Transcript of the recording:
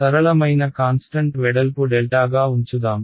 సరళమైన కాన్స్టంట్ వెడల్పు డెల్టాగా ఉంచుదాం